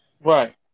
Right